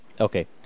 Okay